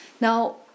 Now